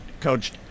coach